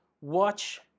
watch